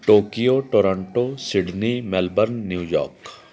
Tokyo Toronto Sydney Melbourne New York